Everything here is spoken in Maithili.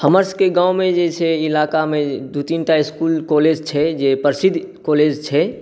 हमरसभके गाँवमे जे छै इलाकामे दू तीन टा इसकुल कॉलेज छै जे प्रसिद्ध कॉलेज छै